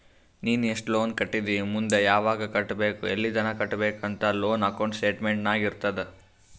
ನೀ ಎಸ್ಟ್ ಲೋನ್ ಕಟ್ಟಿದಿ ಮುಂದ್ ಯಾವಗ್ ಕಟ್ಟಬೇಕ್ ಎಲ್ಲಿತನ ಕಟ್ಟಬೇಕ ಅಂತ್ ಲೋನ್ ಅಕೌಂಟ್ ಸ್ಟೇಟ್ಮೆಂಟ್ ನಾಗ್ ಇರ್ತುದ್